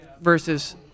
versus